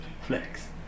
Flex